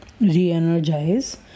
re-energize